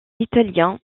italien